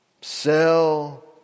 Sell